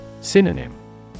Synonym